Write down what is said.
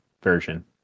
version